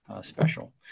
special